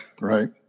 right